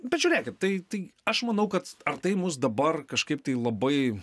bet žiūrėkit tai tai aš manau kad ar tai mus dabar kažkaip tai labai